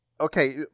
okay